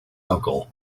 uncle